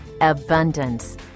abundance